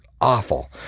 awful